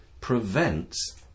prevents